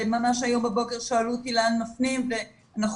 ממש היום בבוקר שאלו אותי לאן מפנים ואנחנו